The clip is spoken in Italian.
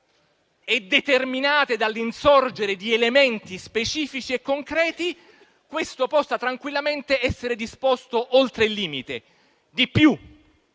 e determinate dall'insorgere di elementi specifici e concreti, questo possa tranquillamente essere disposto oltre il limite. Di più,